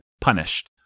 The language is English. punished